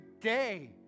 day